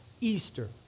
Easter